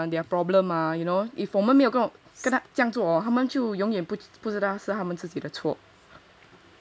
yeah they have to reevaluate their their problem ah you know if 我们没有这做就永远不知道是他们自己的错